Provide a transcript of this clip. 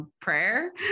prayer